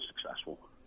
successful